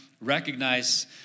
recognize